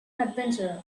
adventurer